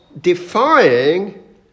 defying